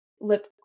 lip